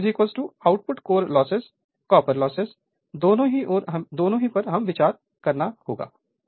तो input output core loss copper loss दोनों पर हमें विचार करना होगा